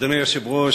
אדוני היושב-ראש,